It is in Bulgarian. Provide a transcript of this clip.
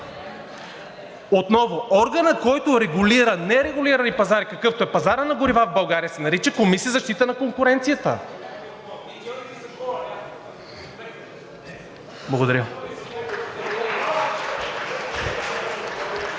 Отново органът, който регулира нерегулирани пазари, какъвто е пазарът на горивата в България, се нарича Комисия за защита на конкуренцията. Благодаря.